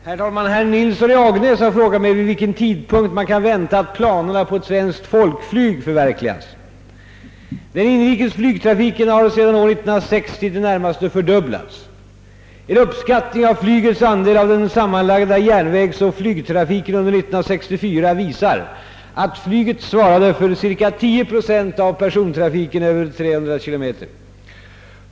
Herr talman! Herr Nilsson i Agnäs har frågat mig vid vilken tidpunkt man kan vänta att planerna på ett svenskt folkflyg förverkligas. Den inrikes flygtrafiken har sedan år 1960 i det närmaste fördubblats. En uppskattning av flygets andel av den sammanlagda järnvägsoch flygtrafiken under år 1964 visar att flyget svarade för ca. 10 procent av persontrafiken över 300 km.